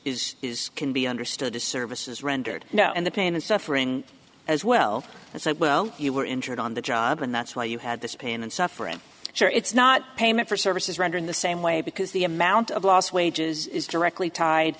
is can be understood as services rendered you know and the pain and suffering as well as well you were injured on the job and that's why you had this pain and suffering sure it's not payment for services rendered in the same way because the amount of lost wages is directly tied